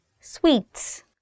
sweets